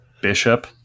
Bishop